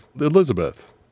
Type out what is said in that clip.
Elizabeth